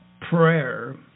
prayer